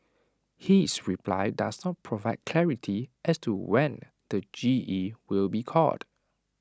his reply does not provide clarity as to when the G E will be called